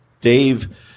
Dave